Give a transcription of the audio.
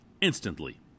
instantly